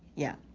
yeah,